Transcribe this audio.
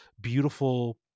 beautiful